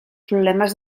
problemes